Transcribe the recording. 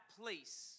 place